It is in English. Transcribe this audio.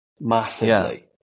massively